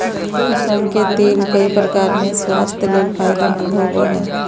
कुसुम के तेल कई प्रकार से स्वास्थ्य ले फायदेमंद होबो हइ